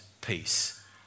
peace